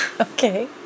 Okay